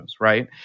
right